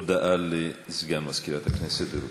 הודעה לסגן מזכירת הכנסת, בבקשה.